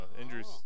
Injuries